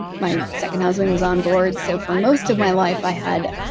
my second husband was onboard. so, for most of my life, i had